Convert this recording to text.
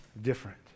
different